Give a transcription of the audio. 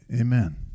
Amen